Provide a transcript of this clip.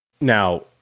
Now